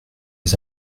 des